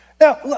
Now